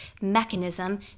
mechanism